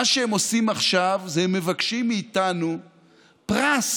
מה שהם עושים עכשיו זה מבקשים מאיתנו פרס